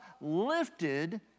lifted